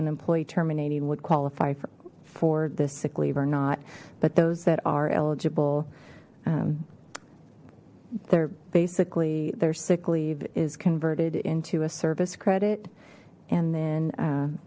an employee terminating would qualify for this sick leave or not but those that are eligible they're basically their sick leave is converted into a service credit and then